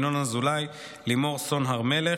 ינון אזולאי ולימור סוֹן הר מלך.